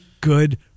good